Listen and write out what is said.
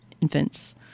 infants